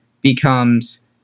becomes